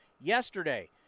Yesterday